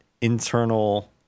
internal